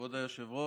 כבוד היושב-ראש,